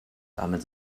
damit